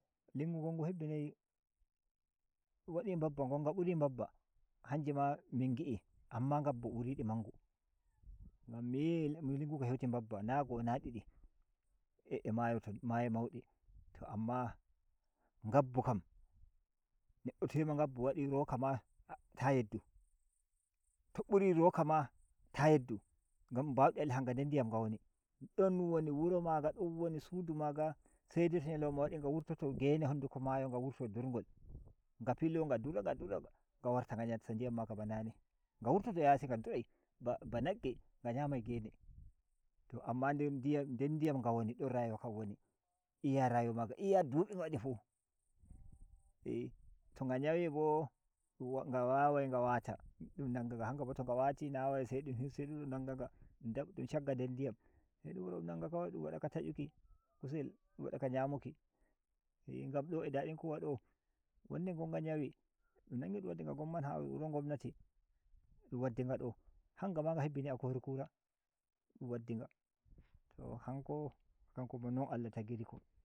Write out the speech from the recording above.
Lingu gon ngy heɗɗi nai wadai mbaba gon nga buri mbabba hanji ma min ngi’i amma nagambu buri di mangu ngam miyi lingu ko heuti mbabba na go’o na didi a mayo ton mayo maudi to amma ngambu kam neɗɗo tori ma ngambu wad roka ma ta yeddu to buri roka ma ta yeddu ngam dum baude Allah nder ɗiyam nga woni don womi wuro ma ga don woni sudu ma ga se dai to nyalauma waɗi nga wurtoto gene honduko mayo nga wurtodur ngol nga. filo nga dura nga dura nga warta nga nasta nduyam mag aba na ne nga wurtoto yasi kam nga durai ba- ba nagge nga nyami gene to amma nder ndiyam nga woni don rayuwa kam woni iya rayuwa maga iya dub inga wadi fu a to nga nyawi bo nga wawai nga wata dun nanga nga hang abo to nga wati na wai se dum hirshi dun nam nga dun shagga nder ndiyam se dun wara dun nanga dun wada ga ta ‘yuki kusel dun wada ga nyamuki ngam do a dadin kowa do won nde ngonga nyawi dun nangi nga dun waddi nga wuro gomnati dun waddi nga do hang a ma nga hebbini akri kura olun waddi nga to hanko hanko non Allah tagiri ko.